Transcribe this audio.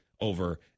over